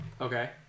Okay